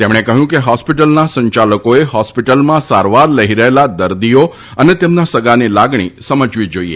તેમણે કહ્યું કે હોસ્પીટલના સંચાલકોએ હોસ્પીટલમાં સારવાર લઈ રહેલા દર્દીઓ તથા તેમના સગાની લાગણી સમજવી જોઈએ